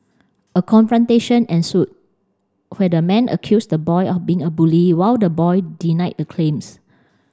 a confrontation ensued where the man accused the boy of being a bully while the boy denied the claims